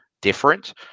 different